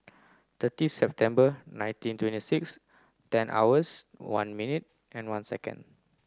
thirty September nineteen twenty six ten hours one minute and one second